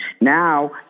Now